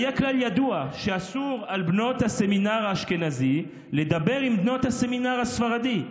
והיה כלל ידוע שאסור לבנות הסמינר האשכנזי לדבר עם בנות הסמינר הספרדי,